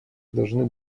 должны